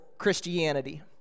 christianity